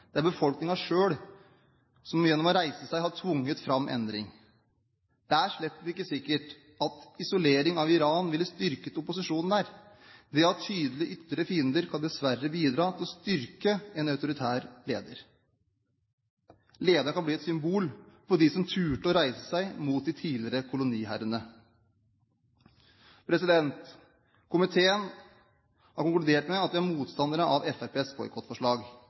Det er befolkningen selv som gjennom å reise seg har tvunget fram endring. Det er slett ikke sikkert at isolering av Iran ville ha styrket opposisjonen der. Det å ha tydelige ytre fiender kan dessverre bidra til å styrke en autoritær leder. Lederen kan bli et symbol på dem som torde å reise seg mot de tidligere koloniherrene. Vi, flertallet i komiteen, har konkludert med at vi er motstandere av Fremskrittspartiets boikottforslag